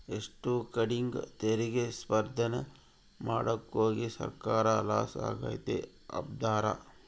ಎಷ್ಟೋ ಕಡೀಗ್ ತೆರಿಗೆ ಸ್ಪರ್ದೇನ ಮಾಡಾಕೋಗಿ ಸರ್ಕಾರ ಲಾಸ ಆಗೆತೆ ಅಂಬ್ತಾರ